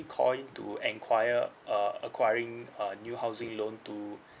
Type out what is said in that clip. call in to enquire uh acquiring uh new housing loan to